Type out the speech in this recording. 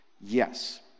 Yes